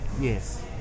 Yes